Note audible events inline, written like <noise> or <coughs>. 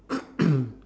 <coughs>